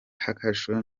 kasho